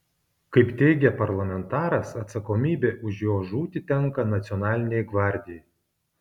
kaip teigia parlamentaras atsakomybė už jo žūtį tenka nacionalinei gvardijai